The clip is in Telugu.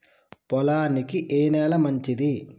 పొలానికి ఏ నేల మంచిది?